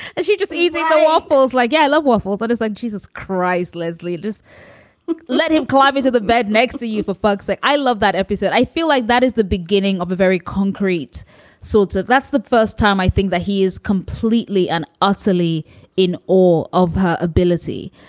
she's just eating the waffles like yeah la waffle, but it's like jesus christ. leslie, just let him colavito the bed next to you, for fuck's sake like i love that episode. i feel like that is the beginning of a very concrete sort of. that's the first time i think that he is completely and utterly in awe of her ability.